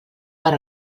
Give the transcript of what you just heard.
per